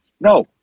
no